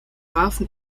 warfen